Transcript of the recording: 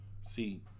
See